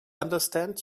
understand